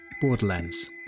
Borderlands